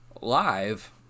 live